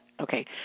okay